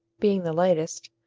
being the lightest,